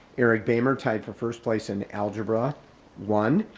eric beymer tied for first place in algebra one.